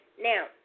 now